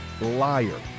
liar